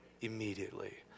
Immediately